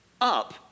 up